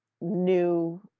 new